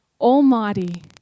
almighty